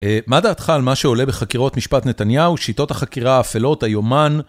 מה דעתך על מה שעולה בחקירות משפט נתניהו, שיטות החקירה האפלות, היומן?